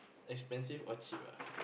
expensive or cheap ah